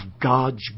God's